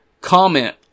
comment